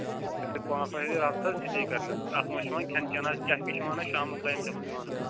اگر ہَے پانٛژھ ساس چھِ راتَس سِٹے کَرنَس حظ اَتھ منٛز چھُ یِوان کھٮ۪ن چٮ۪ن حظ کیٛاہ کیٛاہ چھِ وَنان شامُک ٹایم چھُ اَتھ منٛز یِوان